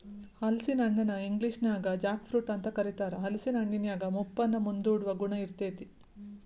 ಹಲಸಿನ ಹಣ್ಣನ ಇಂಗ್ಲೇಷನ್ಯಾಗ ಜಾಕ್ ಫ್ರೂಟ್ ಅಂತ ಕರೇತಾರ, ಹಲೇಸಿನ ಹಣ್ಣಿನ್ಯಾಗ ಮುಪ್ಪನ್ನ ಮುಂದೂಡುವ ಗುಣ ಇರ್ತೇತಿ